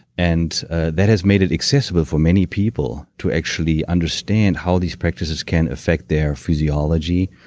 and ah that has made it accessible for many people to actually understand how these practices can affect their physiology,